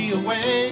away